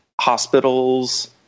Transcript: hospitals